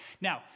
Now